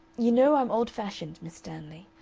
you know i'm old-fashioned, miss stanley.